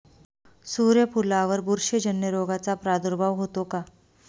सूर्यफुलावर बुरशीजन्य रोगाचा प्रादुर्भाव होतो का?